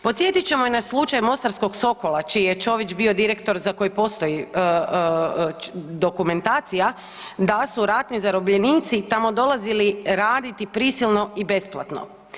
Podsjetit ćemo i na slučaj mostarskog Sokola čiji je Ćović bio direktor za koji postoji dokumentacija da su ratni zarobljenici tamo dolazili raditi prisilno i besplatno.